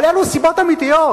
אבל אלו סיבות אמיתיות.